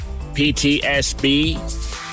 PTSB